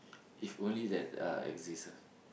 if only that uh exists ah